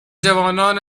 جوانان